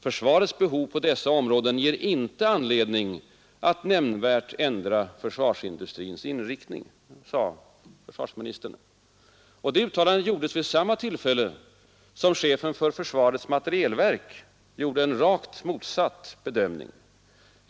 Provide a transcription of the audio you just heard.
Försvarets behov på dessa områden ”ger inte anledning att nämnvärt ändra försvarsindustrins inriktning”, sade försvarsministern. Och det uttalandet gjordes vid samma tillfälle som chefen för försvarets materielverk gjorde en rakt motsatt bedömning.